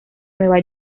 nueva